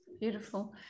Beautiful